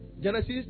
Genesis